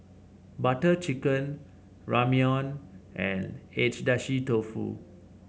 Butter Chicken Ramyeon and Agedashi Dofu